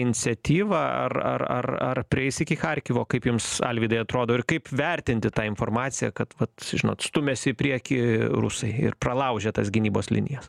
iniciatyvą ar ar ar ar prieis iki charkivo kaip jums alvydai atrodo ir kaip vertinti tą informaciją kad vat žinot stumiasi į priekį rusai ir pralaužė tas gynybos linijas